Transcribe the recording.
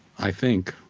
i think,